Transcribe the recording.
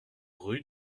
rue